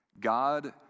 God